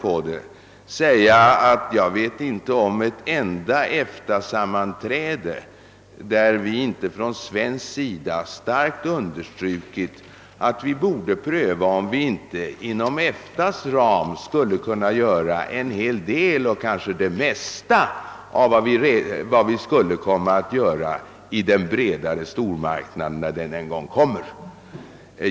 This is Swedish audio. Jag kan säga att jag inte känner till ett enda EFTA sammanträde där vi inte från svensk sida starkt har understrukit att vi borde pröva om vi inte inom EFTA:s ram skulle kunna göra en hel del och kanske det mesta av vad vi kan göra i den bredare stormarknaden, när den en gång kommer.